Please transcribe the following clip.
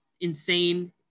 insane